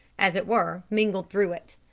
as it were, mingled through it.